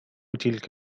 تلك